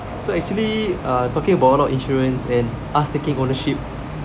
so actually uh talking about all the insurance and us taking ownership